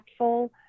impactful